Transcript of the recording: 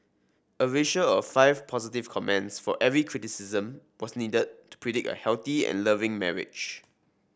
a ratio of five positive comments for every criticism was needed to predict a healthy and loving marriage